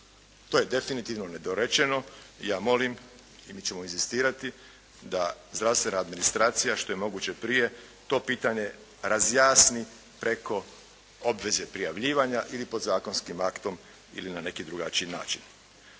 To je definitivno nedorečeno i ja molim i mi ćemo inzistirati da zdravstvena administracija što je moguće prije to pitanje razjasni preko obveze prijavljivanja ili podzakonskim aktom ili na neki drugačiji način.